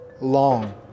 long